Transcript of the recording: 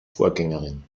vorgängerin